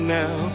now